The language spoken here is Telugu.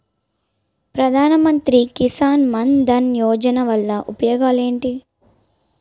ప్రధాన మంత్రి కిసాన్ మన్ ధన్ యోజన వల్ల ఉపయోగాలు ఏంటి?